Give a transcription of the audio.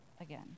again